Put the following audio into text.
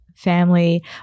family